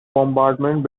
bombardment